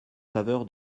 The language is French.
faveur